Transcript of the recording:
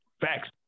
Facts